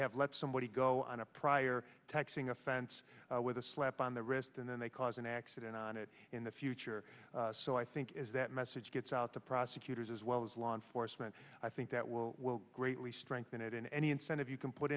have let somebody go on a prior taxing offense with a slap on the wrist and then they cause an accident on it in the future so i think is that message gets out the prosecutors as well as law enforcement i think that will greatly strengthen it in any incentive you can put